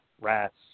rats